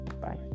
bye